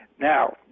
Now